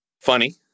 funny